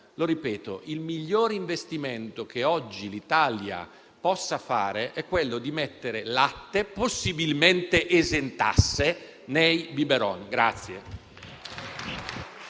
Lo ripeto: il miglior investimento che oggi l'Italia possa fare è quello di mettere latte, possibilmente esentasse, nei biberon.